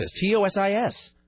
T-O-S-I-S